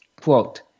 quote